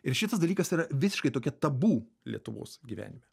ir šitas dalykas yra visiškai tokia tabu lietuvos gyvenime